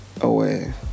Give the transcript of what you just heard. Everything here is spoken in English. away